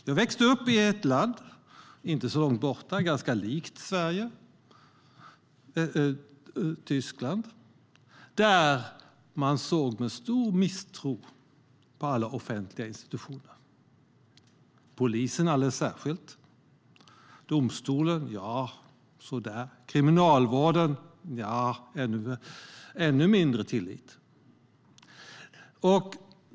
Jag växte som sagt upp i Tyskland, ett land som inte låg särskilt långt bort och var ganska likt Sverige. Där såg man med stor misstro på alla offentliga institutioner. Särskilt låg var tilliten till polisen, men även till domstolarna och kriminalvården var tilliten låg.